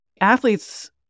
Athletes